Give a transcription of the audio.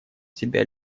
себя